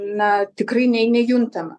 na tikrai nei nejuntama